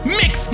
mix